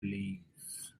leaves